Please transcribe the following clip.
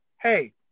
Hey